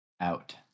Out